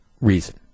reason